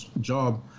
job